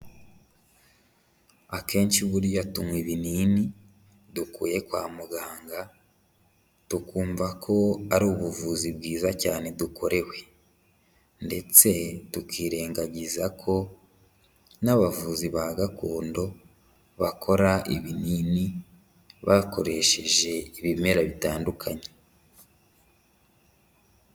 Akenshi buriya tunywa ibinini dukuye kwa muganga, tukumva ko ari ubuvuzi bwiza cyane dukorewe, ndetse tukirengagiza ko n'abavuzi ba gakondo bakora ibinini bakoresheje ibimera bitandukanye.